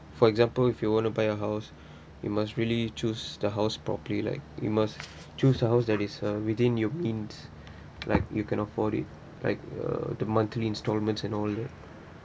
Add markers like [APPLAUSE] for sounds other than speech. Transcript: for example if you want to buy a house [BREATH] you must really choose the house properly like you must choose the house that is uh within your means like you can afford it like uh the monthly installments and all that